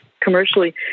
commercially